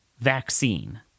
vaccine